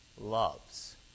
loves